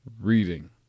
reading